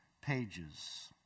pages